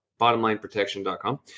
Bottomlineprotection.com